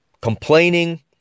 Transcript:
complaining